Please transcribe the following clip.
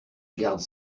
garde